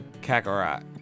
Kakarot